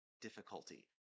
difficulty